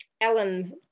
Ellen